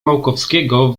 małkowskiego